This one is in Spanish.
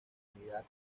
comunidad